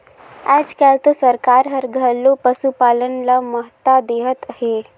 आयज कायल तो सरकार हर घलो पसुपालन ल महत्ता देहत हे